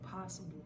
possible